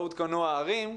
לא עודכנו הערים.